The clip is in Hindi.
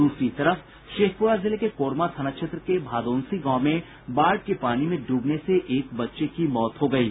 दूसरी तरफ शेखपुरा जिले के कोरमा थाना क्षेत्र के भादौंसी गांव में बाढ़ के पानी में डूबने से एक बच्चे की मौत हो गयी